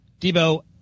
Debo